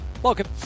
Welcome